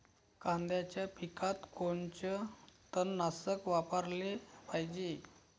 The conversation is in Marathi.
कांद्याच्या पिकात कोनचं तननाशक वापराले पायजे?